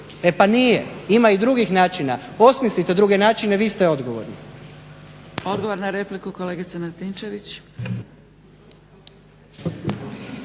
E pa nije, ima i drugih načina. Osmislite druge načine, vi ste odgovorni. **Zgrebec, Dragica (SDP)** Odgovor na repliku kolegica Martinčević.